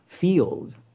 field